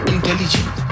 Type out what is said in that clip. Intelligent